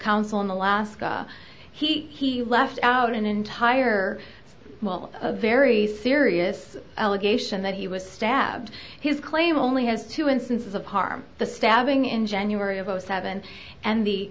counsel in alaska he left out an entire it's a very serious allegation that he was stabbed his claim only has two instances of harm the stabbing in january of zero seven and the